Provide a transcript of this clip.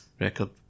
record